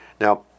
Now